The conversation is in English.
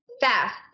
fast